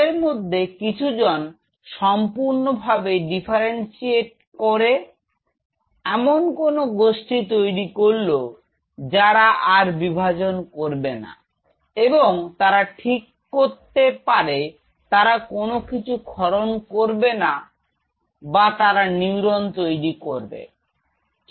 তাদের মধ্যে কিছু জন সম্পূর্ণভাবে ডিফারেনশিয়েট করে এমন কোন গোষ্ঠী তৈরি করলো যারা আর বিভাজন করবে না এবং তারা ঠিক করতে পারে তারা কোন কিছু ক্ষরণ করবে বা তারা নিউরন তৈরি করবে